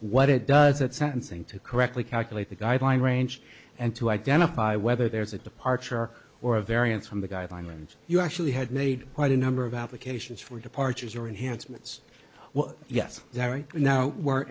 what it does at sentencing to correctly calculate the guideline range and to identify whether there's a departure or a variance from the guideline range you actually had made quite a number of applications for departures or enhanced minutes well yes right now were